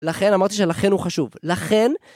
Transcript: לכן אמרתי שלכן הוא חשוב, לכן.